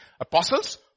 Apostles